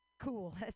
cool